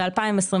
ב-2025,